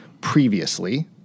previously